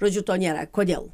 žodžiu to nėra kodėl